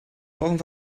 brauchen